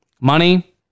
money